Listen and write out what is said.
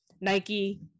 Nike